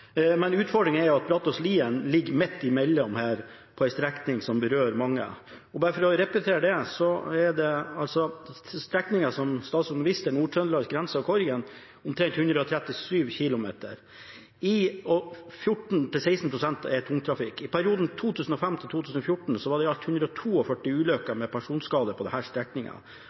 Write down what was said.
Men utfordringen er jo at Brattåsen–Lien ligger midt imellom her, på en strekning som berører mange. Og bare for å repetere det: Strekningen som statsråden viste til, Nord-Trøndelag grense og Korgen, er omtrent 137 km, og 14–16 pst. er tungtrafikk. I perioden 2005 til 2014 var det i alt 142 ulykker med personskade på denne strekningen. Her